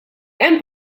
hemm